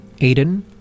Aiden